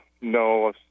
no